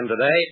today